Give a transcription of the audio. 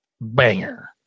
Banger